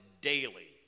daily